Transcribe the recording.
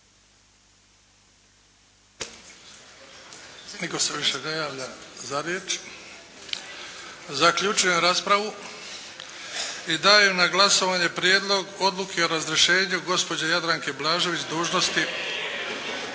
Nitko se više ne javlja za riječ. Zaključujem raspravu i dajem na glasovanje Prijedlog odluke o razrješenju gospođe Jadranke Blažević s dužnosti